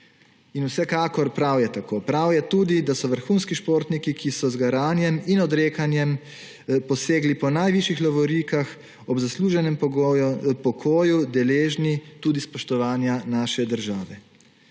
In vsekakor prav je tako, prav je tudi, da so vrhunski športniki, ki so z garanjem in odrekanjem posegli po najvišjih lovorikah, ob zasluženi upokojitvi deležni tudi spoštovanja naše države,